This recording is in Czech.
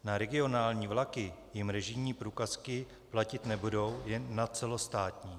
Na regionální vlaky jim režijní průkazky platit nebudou, jen na celostátní.